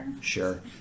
Sure